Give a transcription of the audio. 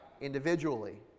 individually